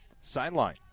sideline